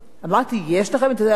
אמרו: ודאי.